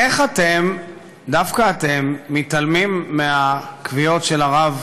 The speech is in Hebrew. איך אתם, דווקא אתם, מתעלמים מהקביעות של הרב